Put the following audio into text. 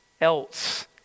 else